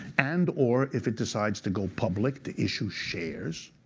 and or if it decides to go public, to issue shares,